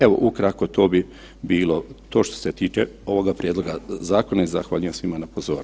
Evo, ukratko to bi bilo to što se tiče ovoga prijedloga zakona i zahvaljujem svima na pozornosti.